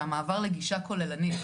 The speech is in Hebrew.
שהמעבר לגישה כוללנית,